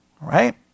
Right